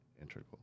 integral